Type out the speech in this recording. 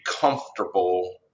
comfortable